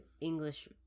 English